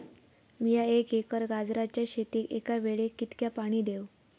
मीया एक एकर गाजराच्या शेतीक एका वेळेक कितक्या पाणी देव?